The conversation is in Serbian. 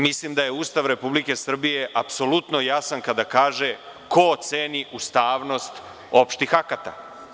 Mislim da je Ustav Republike Srbije apsolutno jasan kada kaže ko ocenjuje ustavnost opštih akata.